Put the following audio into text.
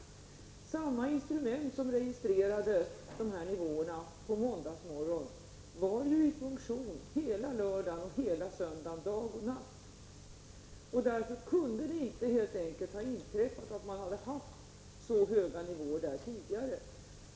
Samma instrument som registrerade värden på dessa nivåer på måndagsmorgonen var i funktion hela lördagen och hela söndagen, dag och natt. Därför kunde man helt enkelt inte ha haft så höga nivåer där tidigare.